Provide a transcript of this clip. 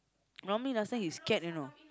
normally last time he scared you know